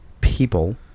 people